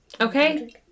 Okay